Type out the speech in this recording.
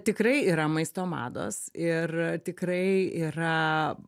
tikrai yra maisto mados ir tikrai yra